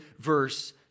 verse